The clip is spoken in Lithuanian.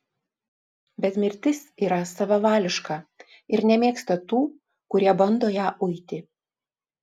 bet mirtis yra savavališka ir nemėgsta tų kurie bando ją uiti